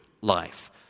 life